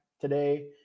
today